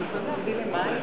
תיאורטיקנים והוגי